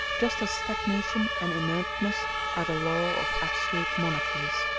just as stagnation and inertness are the law of absolute monarchies.